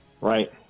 Right